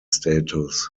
status